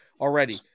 already